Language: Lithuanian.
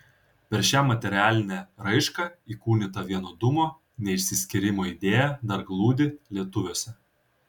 per šią materialinę raišką įkūnyta vienodumo neišsiskyrimo idėja dar glūdi lietuviuose